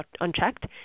unchecked